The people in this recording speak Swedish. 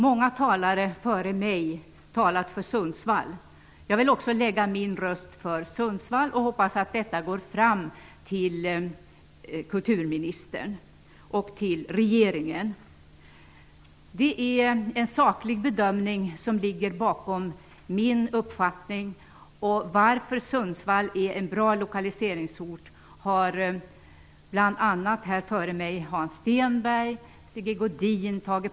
Många talare har före mig talat för Sundsvall. Jag vill också lägga min röst för Sundsvall och hoppas att det går fram till kulturministern och regeringen. Det är en saklig bedömning som ligger bakom min uppfattning. Skälen till att Sundsvall är en bra lokaliseringsort har redovisats av bl.a.